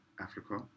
Africa